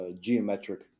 geometric